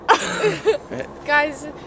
Guys